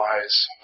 wise